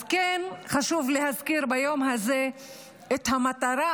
אז כן חשוב להזכיר ביום הזה את המטרה